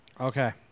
Okay